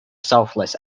selfless